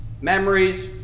Memories